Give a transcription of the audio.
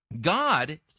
God